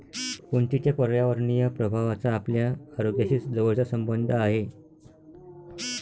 उंचीच्या पर्यावरणीय प्रभावाचा आपल्या आरोग्याशी जवळचा संबंध आहे